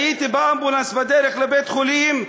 הייתי באמבולנס בדרך לבית-חולים.